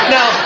Now